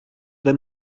wenn